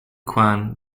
quan